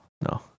no